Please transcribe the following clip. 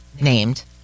named